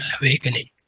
awakening